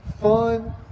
fun